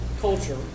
culture